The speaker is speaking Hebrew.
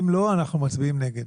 אם לא, אנחנו מצביעים נגד.